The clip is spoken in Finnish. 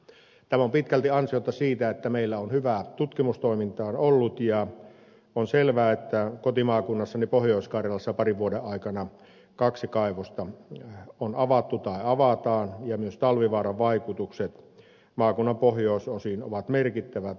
tämä on pitkälti ansiota siitä että meillä on hyvää tutkimustoimintaa ollut ja on selvää että kotimaakunnassani pohjois karjalassa parin vuoden aikana kaksi kaivosta on avattu tai avataan ja myös talvivaaran vaikutukset maakunnan pohjoisosiin ovat merkittävät